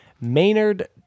Maynard